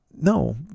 No